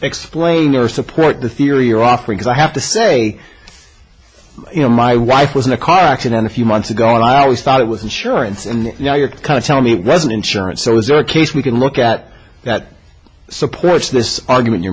explain or support the theory or offer because i have to say you know my wife was in a car accident a few months ago and i always thought it was insurance and now you're kind of tell me it wasn't insurance there was a case we can look at that supports this argument you're